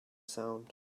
sound